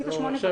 בסדר.